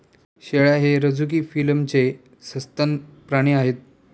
शेळ्या हे रझुकी फिलमचे सस्तन प्राणी आहेत